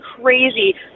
crazy